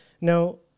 Now